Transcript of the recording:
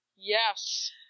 Yes